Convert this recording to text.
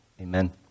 amen